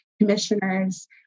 commissioners